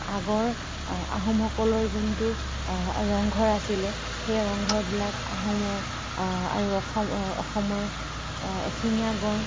আগৰ আহোমসকলৰ যোনটো ৰংঘৰ আছিলে সেই ৰংঘৰবিলাক আহোমৰ আৰু অস অসমৰ এশিঙীয়া গঁড়